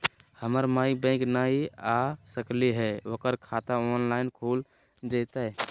हमर माई बैंक नई आ सकली हई, ओकर खाता ऑनलाइन खुल जयतई?